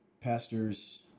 pastor's